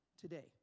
today